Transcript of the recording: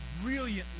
brilliantly